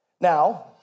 Now